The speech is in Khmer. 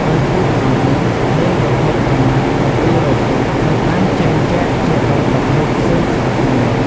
ដោយពូជលម៉ើនេះ មានរហូតប្រមាណ ៧០០ពូជ និងបានចែងចែកជា ៣ប្រភេទ ផ្សេងៗគ្នា។